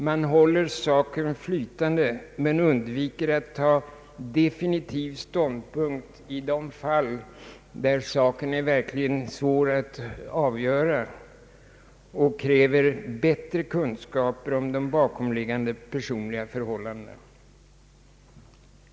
Man håller det hela flytande men undviker att ta definitiv ståndpunkt i de fall då saken är svåravgjord och kräver bättre kunskaper om de bakomliggande personliga förhållandena.